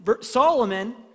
Solomon